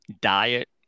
diet